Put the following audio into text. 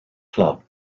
club